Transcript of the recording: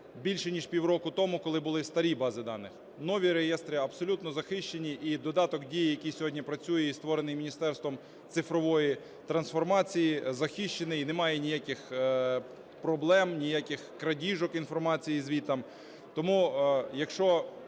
більше ніж півроку тому, коли були старі бази даних. Нові реєстри абсолютно захищені, і додаток "Дія", який сьогодні працює і створений Міністерством цифрової трансформації, захищений і немає ніяких проблем, ніяких крадіжок інформації звідти.